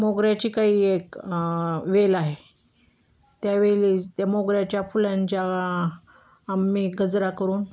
मोगऱ्याची काही एक वेल आहे त्या वेल त्या मोगऱ्याच्या फुलांच्या आम्ही गजरा करून